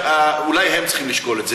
ואולי הם צריכים לשקול את זה.